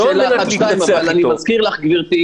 לא על מנת להתנצח איתו.